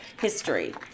history